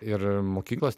ir mokyklos